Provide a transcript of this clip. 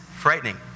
frightening